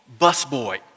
busboy